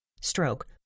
stroke